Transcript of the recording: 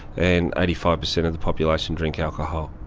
and eighty five percent of the population drink alcohol.